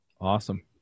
Awesome